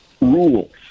rules